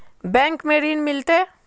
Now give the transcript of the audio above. Bank में ऋण मिलते?